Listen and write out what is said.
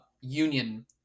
union